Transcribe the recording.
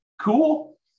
Cool